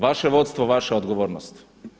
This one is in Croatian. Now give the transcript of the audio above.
Vaše vodstvo, vaša odgovornost.